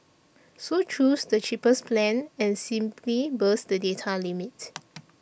so choose the cheapest plan and simply bust the data limit